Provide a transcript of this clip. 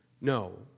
No